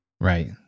Right